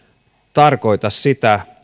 tarkoita sitä